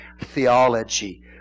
Theology